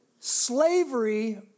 Slavery